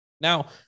Now